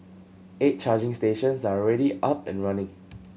eight charging stations are already up and running